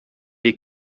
les